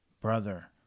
Brother